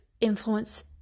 influence